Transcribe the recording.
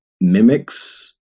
mimics